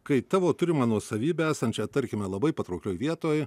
kai tavo turimą nuosavybę esančią tarkime labai patrauklioj vietoj